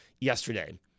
yesterday